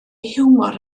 hiwmor